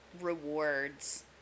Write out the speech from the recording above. rewards